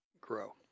grow